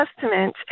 Testament